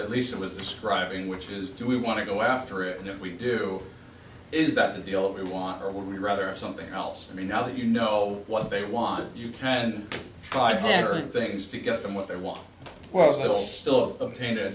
at least it was describing which is do we want to go after it and if we do is that the deal we want or would we rather have something else i mean now that you know what they want you can find several things to get them what they want well they'll still obtain a